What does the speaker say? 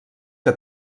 que